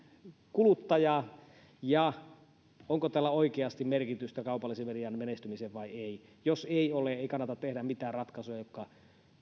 kuluttajaa ja onko tällä oikeasti merkitystä kaupallisen median menestymiseen vai ei jos ei ole ei kannata tehdä mitään ratkaisuja jotka